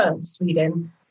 Sweden